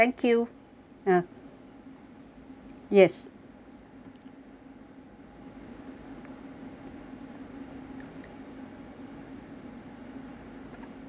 ah yes